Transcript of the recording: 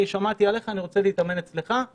רוצה להתאמן אצלי כי הוא שמע עליי.